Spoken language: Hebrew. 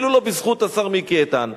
אפילו לא בזכות השר מיקי איתן,